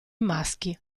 maschi